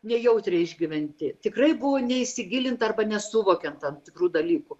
nejautriai išgyventi tikrai buvo neįsigilinta arba nesuvokiant tam tikrų dalykų